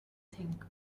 think